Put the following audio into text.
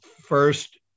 first